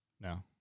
No